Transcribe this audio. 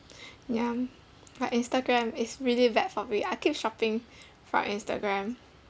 ya uh instagram is really bad for me I keep shopping from instagram